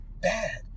Bad